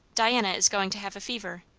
diana is going to have a fever,